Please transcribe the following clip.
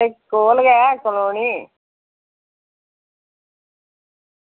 कोल गै कॉलोनी